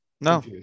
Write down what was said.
No